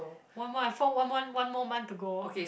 one month I have one one one more month to go